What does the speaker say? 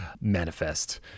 manifest